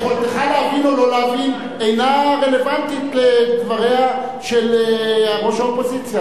יכולתך להבין או לא להבין אינה רלוונטית לדבריה של ראש האופוזיציה,